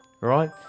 right